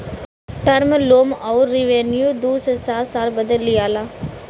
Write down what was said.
term loan अउर revenue दू से सात साल बदे लिआला